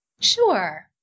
Sure